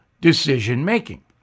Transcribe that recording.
decision-making